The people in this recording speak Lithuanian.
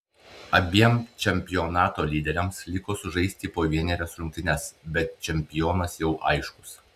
abiem čempionato lyderiams liko sužaisti po vienerias rungtynes bet čempionas jau aiškus